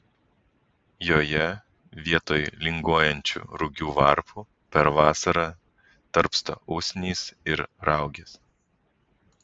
joje vietoj linguojančių rugių varpų per vasarą tarpsta usnys ir raugės